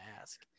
ask